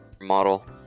model